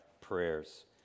prayers